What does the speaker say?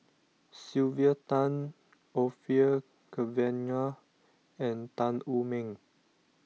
Sylvia Tan Orfeur Cavenagh and Tan Wu Meng